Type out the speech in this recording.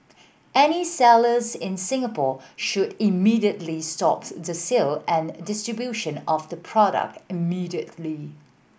any sellers in Singapore should immediately stop the sale and distribution of the product immediately